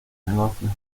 negocios